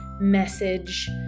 message